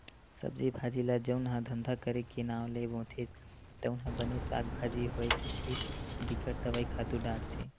सब्जी भाजी ल जउन ह धंधा करे के नांव ले बोथे तउन ह बने साग भाजी होवय कहिके बिकट दवई, खातू डारथे